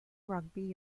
rugby